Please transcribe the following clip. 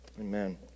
Amen